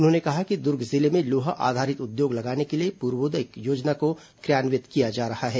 उन्होंने कहा कि दुर्ग जिले में लोहा आधारित उद्योग लगाने के लिए पूर्वोदय योजना को क्रियान्वित किया जा रहा है